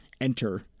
Enter